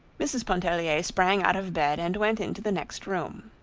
mrs. pontellier sprang out of bed and went into the next room.